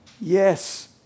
Yes